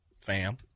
fam